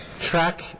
track